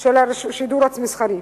של השידור המסחרי.